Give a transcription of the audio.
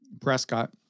Prescott